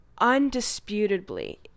undisputably